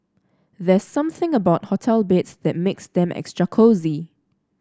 there's something about hotel beds that makes them extra cosy